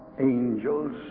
angels